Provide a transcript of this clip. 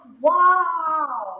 Wow